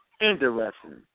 interesting